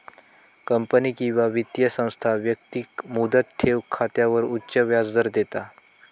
company किंवा वित्तीय संस्था व्यक्तिक मुदत ठेव खात्यावर उच्च व्याजदर देता